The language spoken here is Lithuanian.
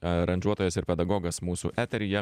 aranžuotojas ir pedagogas mūsų eteryje